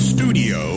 Studio